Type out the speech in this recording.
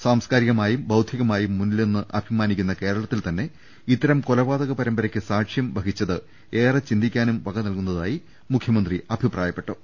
സാംസ്കാരികമായും ബൌദ്ധികമായും മുന്നിലെന്ന് അഭിമാ നിക്കുന്ന കേരളത്തിൽതന്നെ ഇത്തരം കൊലപാതക പരമ്പ രയ്ക്ക് സാക്ഷ്യം വഹിച്ചത് ഏറെ ചിന്തിക്കാനും വക നൽകു ന്നതായി മുഖ്യമന്ത്രി അഭിപ്രായപ്പെട്ടു